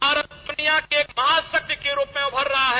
भारत दुनिया के महाशक्ति के रूप में उभर रहा है